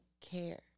care